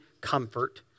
comfort